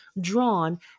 drawn